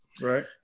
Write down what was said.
Right